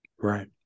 Right